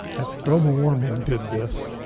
that's, global warming did this,